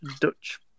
Dutch